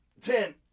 Ten